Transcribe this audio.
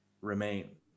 remain